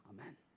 Amen